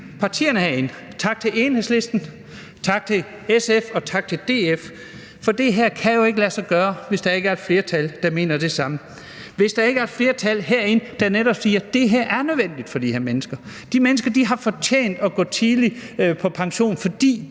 partierne herinde. Tak til Enhedslisten, tak til SF, og tak til DF, for det her kan jo ikke lade sig gøre, hvis der ikke er et flertal, der mener det samme. Hvis der ikke er et flertal herinde, der netop siger, at det her er nødvendigt for de her mennesker. De mennesker har fortjent at gå tidligt på pension, fordi